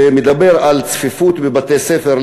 שמדברים על צפיפות בבתי-ספר,